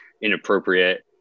inappropriate